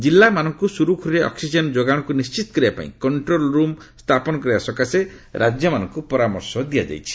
ଜିଲ୍ଲାମାନଙ୍କୁ ସୁରୁଖୁରୁରେ ଅକ୍ସିଜେନ ଯୋଗାଣକୁ ନିଶ୍ଚିତ କରିବା ପାଇଁ କଣ୍ଟ୍ରୋଲ୍ ରୁମ୍ ସ୍ଥାପନ କରିବା ସକାଶେ ରାଜ୍ୟମାନଙ୍କୁ ପରାମର୍ଶ ଦିଆଯାଇଛି